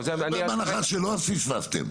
בהנחה שלא, פספסתם.